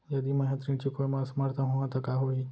यदि मैं ह ऋण चुकोय म असमर्थ होहा त का होही?